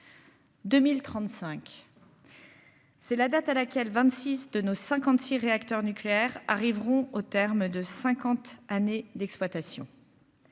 2035. C'est la date à laquelle vingt-six de nos 58 réacteurs nucléaires arriveront au terme de 50 années d'exploitation.